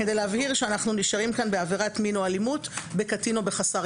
כדי להבהיר שאנחנו נשארים בעבירת מין או אלימות בקטין או בחסר